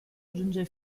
giunge